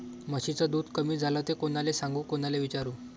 म्हशीचं दूध कमी झालं त कोनाले सांगू कोनाले विचारू?